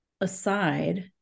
aside